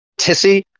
Tissy